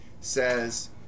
says